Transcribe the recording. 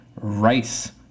rice